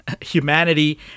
humanity